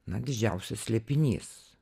na didžiausias slėpinys